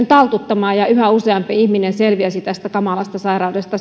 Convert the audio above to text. taltuttamaan ja yhä useampi ihminen selviäisi tästä kamalasta sairaudesta